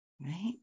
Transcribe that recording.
Right